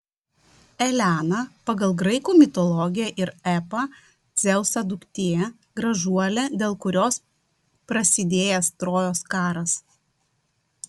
elena pagal graikų mitologiją ir epą dzeuso duktė gražuolė dėl kurios prasidėjęs trojos karas